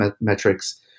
metrics